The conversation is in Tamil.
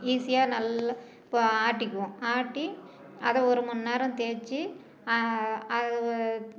ஈஸியாக நல்லா இப்போ ஆட்டிக்குவோம் ஆட்டி அதை ஒரு மணிநேரம் தேய்ச்சி அது வ